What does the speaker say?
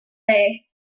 bay